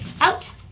Out